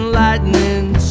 lightning